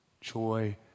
joy